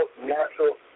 natural